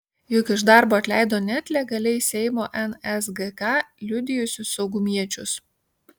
juk iš darbo atleido net legaliai seimo nsgk liudijusius saugumiečius